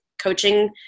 coaching